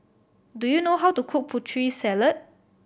do you know how to cook Putri Salad